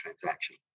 transaction